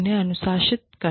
उन्हें अनुशासित करना नहीं है